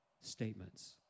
statements